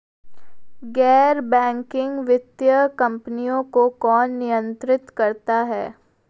गैर बैंकिंग वित्तीय कंपनियों को कौन नियंत्रित करता है?